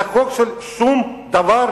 זה חוק של שום דבר,